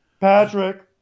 Patrick